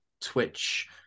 Twitch